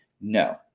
No